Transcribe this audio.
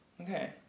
Okay